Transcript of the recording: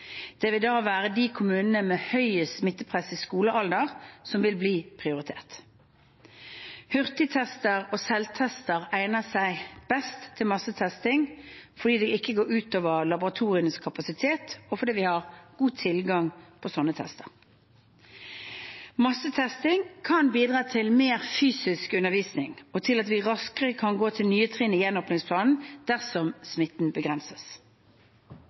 Det vil da være de kommunene med høyest smittepress i skolealder som vil bli prioritert. Hurtigtester og selvtester egner seg best til massetesting fordi det ikke går ut over laboratorienes kapasitet, og fordi vi har god tilgang på slike tester. Massetesting kan bidra til mer fysisk undervisning og til at vi raskere kan gå til nye trinn i gjenåpningsplanen dersom smitten begrenses.